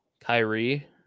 Kyrie